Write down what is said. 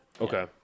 Okay